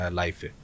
life